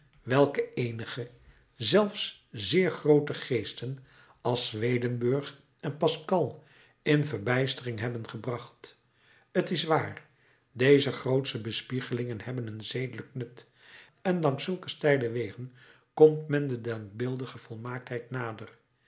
welke eenige zelfs zeer groote geesten als schwedenburg en pascal in verbijstering hebben gebracht t is waar deze grootsche bespiegelingen hebben een zedelijk nut en langs zulke steile wegen komt men de denkbeeldige volmaaktheid nader